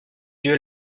yeux